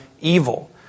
evil